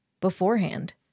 beforehand